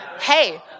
Hey